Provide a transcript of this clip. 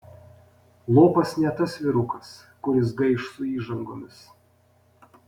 lopas ne tas vyrukas kuris gaiš su įžangomis